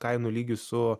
kainų lygį su